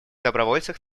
добровольцев